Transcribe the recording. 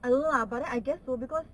I don't know lah but I guess so because